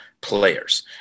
players